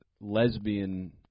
lesbian